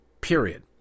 period